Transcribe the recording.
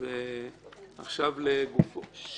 עכשיו לגופו של